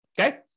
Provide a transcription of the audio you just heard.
okay